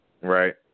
Right